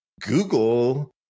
google